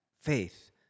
faith